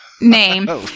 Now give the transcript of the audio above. name